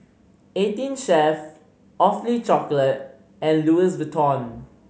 Eighteen Chef Awfully Chocolate and Louis Vuitton